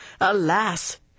Alas